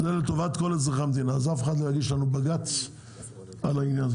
זה לטובת כל אזרחי המדינה ולכן אף אחד לא יגיש בג"ץ על העניין...,